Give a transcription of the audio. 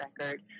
record